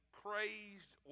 crazed